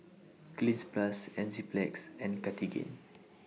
Cleanz Plus Enzyplex and Cartigain